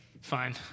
Fine